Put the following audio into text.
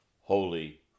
holy